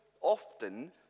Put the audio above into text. often